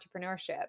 entrepreneurship